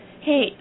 Hey